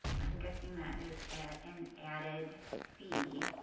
i am guessing that is at an added fee.